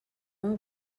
اون